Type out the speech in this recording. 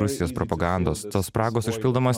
rusijos propagandos tos spragos užpildomos